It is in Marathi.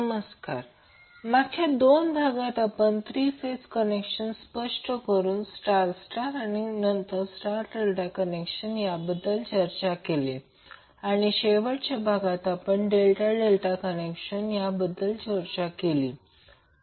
नमस्कार मागच्या दोन भागात आपण 3 फेज कनेक्शन स्पष्ट करून स्टार स्टार आणि नंतर स्टार डेल्टा कनेक्शन याबद्दल चर्चा केली आणि नंतर शेवटच्या भागात आपण डेल्टा डेल्टा कनेक्शन बद्दल चर्चा केली